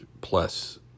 plus